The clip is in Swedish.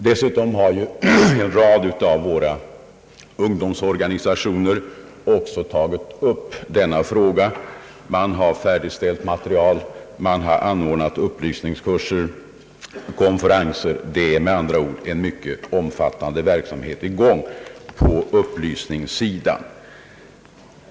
Dessutom har en rad av våra ungdomsorganisationer också tagit upp denna fråga. Man har färdigställt material, man har anordnat upplysningskurser och konferenser. Det är med andra ord en mycket omfattande verksamhet i gång på upplysningssidan.